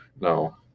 No